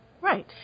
right